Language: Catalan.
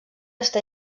està